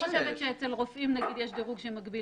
אני לא חושבת שאצל רופאים נגיד יש דירוג שמקביל